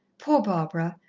poor barbara!